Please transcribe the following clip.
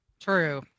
True